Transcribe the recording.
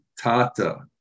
Tata